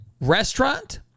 restaurant